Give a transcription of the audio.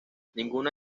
ninguna